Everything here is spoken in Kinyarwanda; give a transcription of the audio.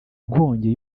nkongi